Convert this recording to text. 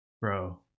Bro